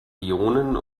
ionen